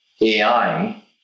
AI